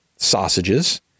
sausages